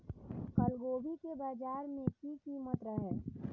कल गोभी के बाजार में की कीमत रहे?